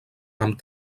amb